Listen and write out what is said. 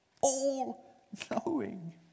All-knowing